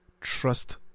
trust